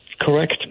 Correct